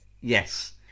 Yes